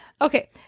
Okay